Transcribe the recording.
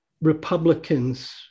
Republicans